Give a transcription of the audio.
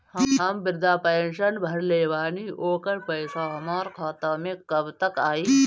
हम विर्धा पैंसैन भरले बानी ओकर पईसा हमार खाता मे कब तक आई?